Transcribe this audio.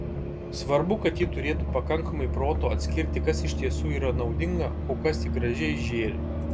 svarbu kad ji turėtų pakankamai proto atskirti kas iš tiesų yra naudinga o kas tik gražiai žėri